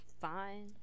Fine